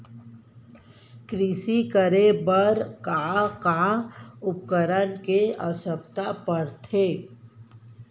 कृषि करे बर का का उपकरण के आवश्यकता परथे?